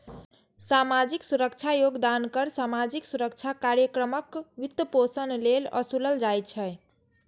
सामाजिक सुरक्षा योगदान कर सामाजिक सुरक्षा कार्यक्रमक वित्तपोषण लेल ओसूलल जाइ छै